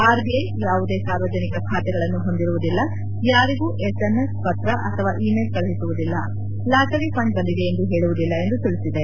RBI ಯಾವುದೇ ಸಾರ್ವಜನಿಕರ ಖಾತೆಗಳನ್ನು ಹೊಂದಿರುವುದಿಲ್ಲ ಯಾರಿಗೂ ಎಸ್ಎಂಎಸ್ ಪತ್ರ ಅಥವಾ ಇ ಮೇಲ್ ಕಳುಹಿಸುವುದಿಲ್ಲ ಲಾಟರಿ ಫಂಡ್ ಬಂದಿದೆ ಎಂದು ಹೇಳುವುದಿಲ್ಲ ಎಂದು ತಿಳಿಸಿದೆ